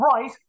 Right